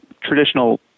traditional